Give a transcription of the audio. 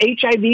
HIV